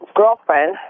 girlfriend